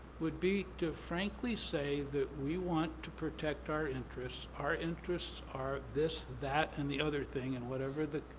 would be to frankly say that we want to protect our interests. our interests are this, that, and the other thing, and whatever the,